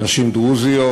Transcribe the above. נשים דרוזיות,